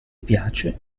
piace